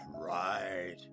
right